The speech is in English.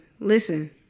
Listen